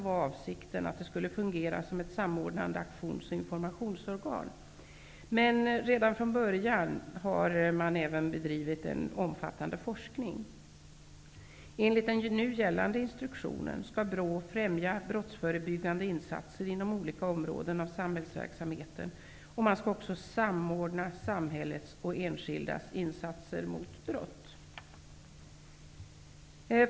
var avsikten att det skulle fungera som ett samordnande aktions och informationsorgan, men redan från början har där även bedrivits en omfattande forskning. Enligt den nu gällande instruktionen skall BRÅ främja brottsförebyggande insatser inom olika områden av samhällsverksamheten och samordna samhällets och enskildas insatser mot brott.